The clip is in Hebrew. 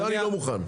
זה אני לא מוכן.